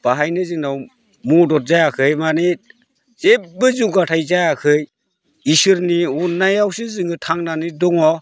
बाहायनो जोंनाव मदद जायाखै मानि जेबो जौगाथाय जायाखै इसोरनि अननायावसो जोङो थांनानै दङ